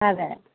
അതെ